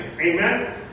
Amen